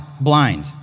blind